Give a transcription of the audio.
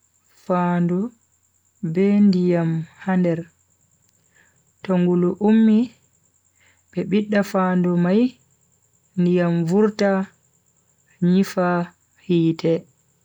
Fandu be ndiyam ha nder, to ngulu ummu be bidda fandu mai ndiyam vurta nyifa hite.